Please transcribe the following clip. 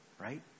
right